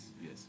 yes